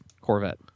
Corvette